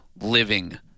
living